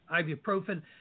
ibuprofen